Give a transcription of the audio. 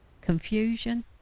confusion